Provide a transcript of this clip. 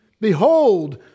Behold